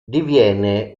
diviene